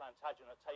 Plantagenet